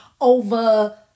over